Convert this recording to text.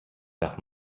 darf